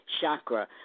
chakra